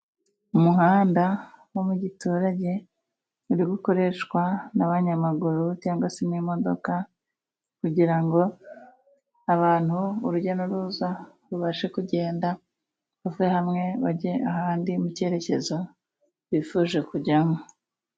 Umuhanda wo mu giturage uri gukoreshwa n'abanyamaguru cyangwa se n'imodoka kugira ngo abantu urujya n'uruza, rubashe kugenda. Bave hamwe bajye ahandi mu cyerekezo bifuje kujyamo.